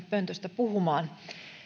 pöntöstä puhumaan